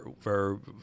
verb